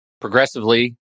progressively